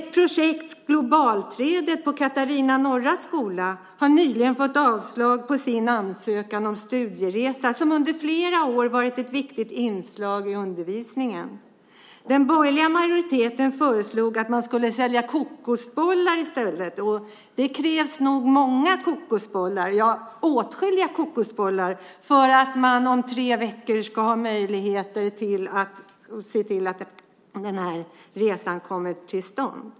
I projektet Globalträdet på Katarina Norra skola har man nyligen fått avslag på sin ansökan om studieresa. Det är en studieresa som under flera år har varit ett viktigt inslag i undervisningen. Den borgerliga majoriteten föreslog att barnen skulle sälja kokosbollar i stället. Det krävs nog många, ja åtskilliga, kokosbollar för att man om tre veckor ska ha möjlighet att se till att resan kommer till stånd.